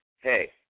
hey